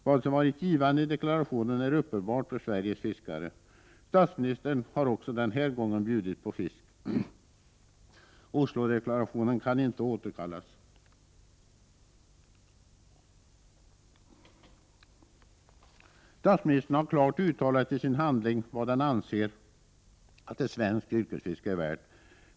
Vad som varit givande i deklarationen är uppenbart för Sveriges fiskare. Statsministern har också den här gången bjudit på fisk. Oslodeklarationen kan inte återkallas. Statsministern har klart uttalat i sin handling vad han anser att ett svenskt yrkesfiske är värt.